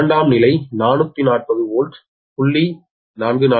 இரண்டாம் நிலை 440 வோல்டாட் 0